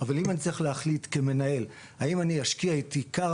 אבל אם אני צריך להחליט כמנהל האם אני אשקיע את עיקר